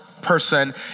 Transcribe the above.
person